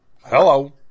Hello